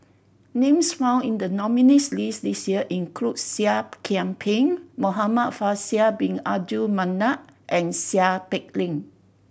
names found in the nominees' list this year include Seah Kian Peng Muhamad Faisal Bin Abdul Manap and Seow Peck Leng